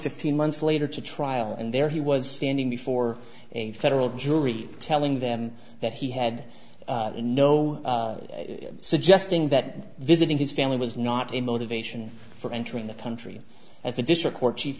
fifteen months later to trial and there he was standing before a federal jury telling them that he had no suggesting that visiting his family was not in motivation for entering the country at the district court ch